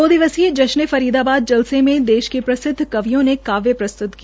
दो दिवसीय जश्न ए फरीदाबाद जलसे में देश के प्रसिद्व कवियों ने काव्य प्रस्तृत किया